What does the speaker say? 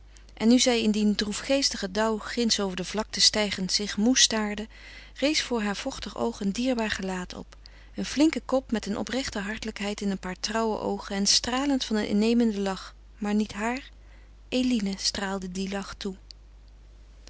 en nu zij in dien droefgeestigen dauw ginds over de vlakte stijgend zich moê staarde rees voor haar vochtig oog een dierbaar gelaat op een flinke kop met een oprechte hartelijkheid in een paar trouwe oogen en stralend van een innemenden lach maar niet haar eline straalde die lach toe